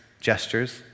gestures